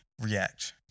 React